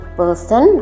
person